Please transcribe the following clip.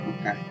okay